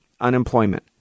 unemployment